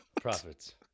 Profits